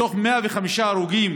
מתוך 105 הרוגים